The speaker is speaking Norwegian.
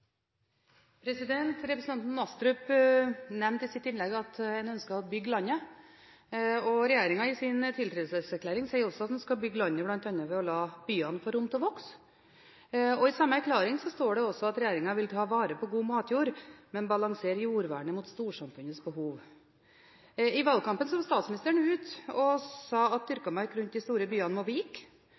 Representanten Astrup nevnte i sitt innlegg at man ønsker å bygge landet. Regjeringen sier i sin tiltredelseserklæring at man skal bygge landet, bl.a. ved å la byene få rom til å vokse. I samme erklæring står det også at regjeringen vil ta vare på god matjord, men balansere jordvernet mot storsamfunnets behov. I valgkampen sa statsministeren at dyrket mark rundt de store byene må vike